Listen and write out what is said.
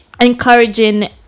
encouraging